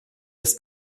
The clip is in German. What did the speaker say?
ist